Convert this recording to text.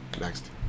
Next